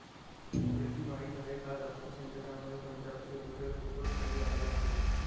प्रीती माहीत आहे का जास्त सिंचनामुळे पंजाबचे भूजल खूपच खाली आले आहे